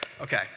Okay